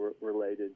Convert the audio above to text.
related